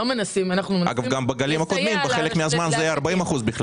אגב, בגלים הקודמים בחלק מהזמן זה היה 40 אחוזים.